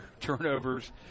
turnovers